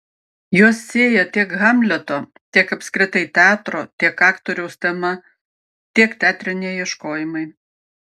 juos sieja tiek hamleto tiek apskritai teatro tiek aktoriaus tema tiek teatriniai ieškojimai